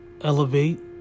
elevate